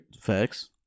Facts